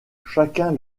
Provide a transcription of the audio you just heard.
chacun